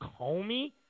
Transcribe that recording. Comey